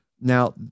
Now